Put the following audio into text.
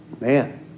Man